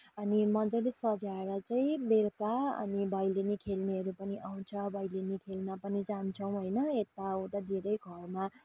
अनि मजाले सजाएर चाहिँ बेलुका अनि भैलेनी खेल्नेहरू पनि आउँछ भैलेनी खेल्न पनि जान्छौँ होइन यता उता धेरै घरमा